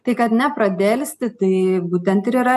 tai kad nepradelsti tai būtent ir yra